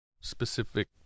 specific